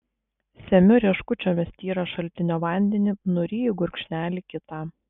semiu rieškučiomis tyrą šaltinio vandenį nuryju gurkšnelį kitą